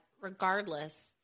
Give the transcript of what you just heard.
regardless